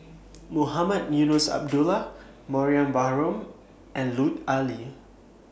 Mohamed Eunos Abdullah Mariam Baharom and Lut Ali